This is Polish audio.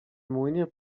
młynie